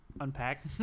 unpack